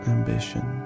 ambition